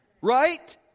right